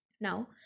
now